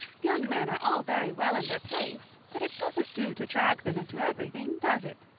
young men are all very well in their place, but it doesn't do to drag them into everything, does it?